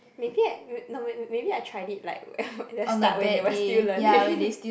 maybe I no maybe I tried it like at the start when they were still learning